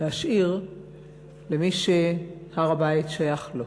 להשאיר למי שהר-הבית שייך לו,